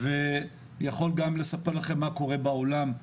הוא יכול לספר לכם מה קורה בעולם.